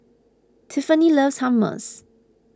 Tiffany loves Hummus